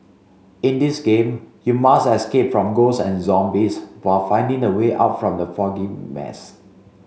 in this game you must escape from ghosts and zombies while finding the way out from the foggy maze